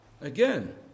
Again